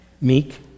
meek